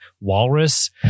Walrus